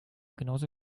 genauso